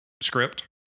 script